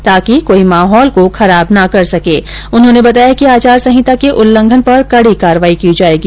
ताकि कोई माहौल को खराब ना कर सके उन्होने बताया कि आचार संहिता के उल्लघन पर कड़ी कार्रवाई की जाएगी